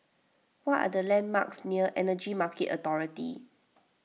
what are the landmarks near Energy Market Authority